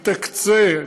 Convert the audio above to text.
היא תקצה,